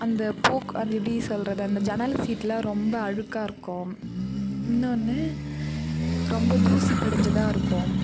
அந்த போக் அந்த எப்படி சொல்லுறது அந்த ஜன்னல் சீட்டுலாம் ரொம்ப அழுக்காக இருக்கும் இன்னொன்று ரொம்ப தூசி படிஞ்சதாக இருக்கும்